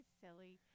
silly